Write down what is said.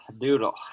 doodle